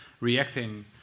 reacting